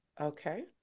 Okay